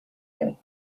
good